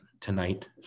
tonight